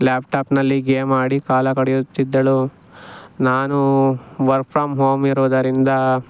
ಲ್ಯಾಪ್ಟಾಪ್ನಲ್ಲಿ game ಆಡಿ ಕಾಲ ಕಳೆಯುತ್ತಿದ್ದಳು ನಾನು ವರ್ಕ್ ಫ್ರಮ್ ಹೋಮ್ ಇರೋದರಿಂದ